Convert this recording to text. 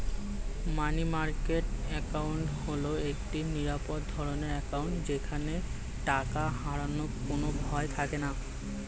মানি market account হল একটি নিরাপদ ধরনের অ্যাকাউন্ট যেখানে টাকা হারানোর কোনো ভয় থাকেনা